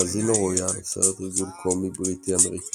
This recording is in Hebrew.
קזינו רויאל הוא סרט ריגול קומי בריטי-אמריקאי